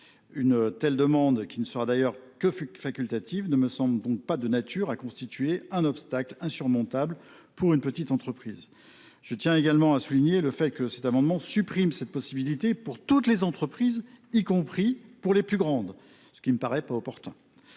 Une telle demande, qui ne sera d’ailleurs que facultative, ne me semble donc pas de nature à constituer un obstacle insurmontable pour une petite entreprise. Je tiens également à le souligner, cet amendement tend à supprimer cette possibilité pour toutes les entreprises, y compris les plus grandes, ce qui ne me paraît pas opportun.